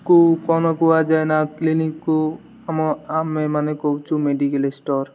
କୁ କ'ଣ କୁହାଯାଏ ନା କ୍ଲିନିକ୍କୁ ଆମ ଆମେ ମାନେ କହୁଛୁ ମେଡ଼ିକାଲ୍ ଷ୍ଟୋର୍